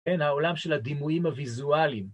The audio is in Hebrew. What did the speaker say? הן ‫העולם של הדימויים הויזואליים.